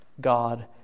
God